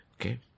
Okay